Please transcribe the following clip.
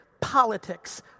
politics